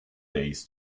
days